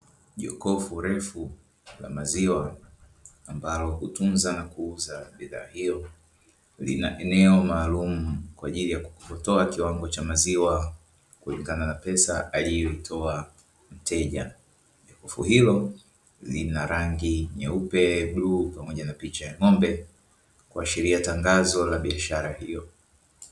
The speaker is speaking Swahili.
Jokofu refu la maziwa ambalo hutunza na kuuza bidhaa hiyo lina eneo maalumu kwa ajili ya kutoa kiwango cha maziwa kulingana na pesa aliyoitoa mteja. Jokofu hilo lina rangi nyeupe, bluu pamoja na picha ya ng'ombe kuashiria tangazo la biashara hiyo.